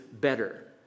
better